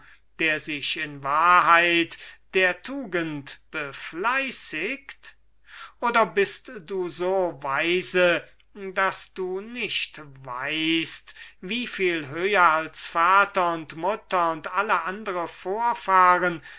der sich in wahrheit der tugend befleißigt oder bist du so weise daß du nicht weißt wie viel höher als vater und mutter und alle anderen vorfahren